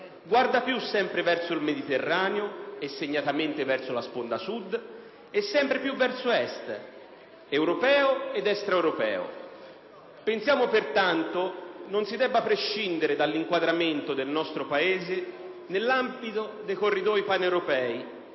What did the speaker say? guarda sempre più verso il Mediterraneo e segnatamente verso la sponda Sud, e sempre più verso Est, europeo ed extraeuropeo. Pensiamo pertanto che non si debba prescindere dall'inquadramento del nostro Paese nell'ambito dei corridori paneuropei